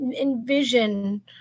envision